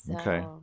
Okay